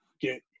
get